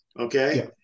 Okay